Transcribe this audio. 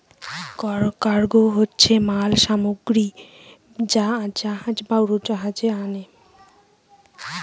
cargo হচ্ছে মাল সামগ্রী যা জাহাজ বা উড়োজাহাজে আনে